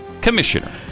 commissioner